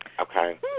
okay